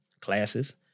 classes